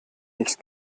nicht